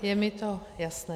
Je mi to jasné.